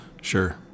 Sure